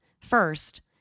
First